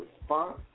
response